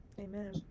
Amen